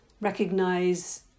recognize